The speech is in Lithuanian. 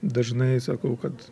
dažnai sakau kad